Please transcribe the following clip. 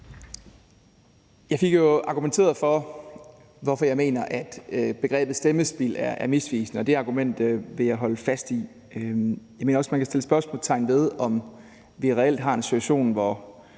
Jeg fik jo argumenteret for, hvorfor jeg mener, at begrebet stemmespild er misvisende, og det argument vil jeg holde fast i. Jeg mener også, at man kan sætte spørgsmålstegn ved, om vi reelt har en situation, hvor